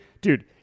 Dude